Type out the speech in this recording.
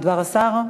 בדבר השר?